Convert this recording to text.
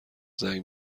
زنگ